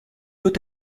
peut